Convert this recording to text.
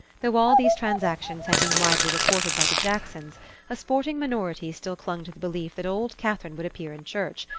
though all these transactions had been widely reported by the jacksons a sporting minority still clung to the belief that old catherine would appear in church,